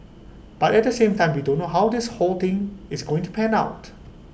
but at the same time we don't know how this whole thing is going to pan out